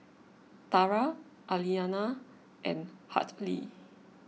Tara Aliana and Hartley